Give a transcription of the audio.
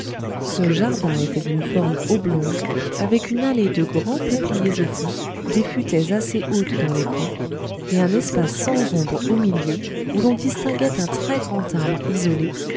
ce jardin était d'une forme oblongue avec une allée de grands peupliers au fond des futaies assez hautes dans les coins et un espace sans ombre au milieu où l'on distinguait un très grand arbre isolé